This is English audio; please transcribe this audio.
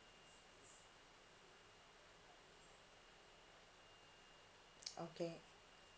okay